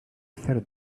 third